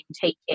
taking